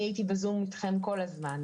הייתי אתכם בזום כל הזמן,